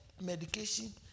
medication